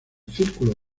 círculo